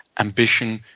ambition,